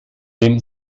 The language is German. dem